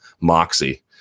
moxie